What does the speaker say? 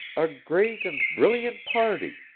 a great and brilliant party,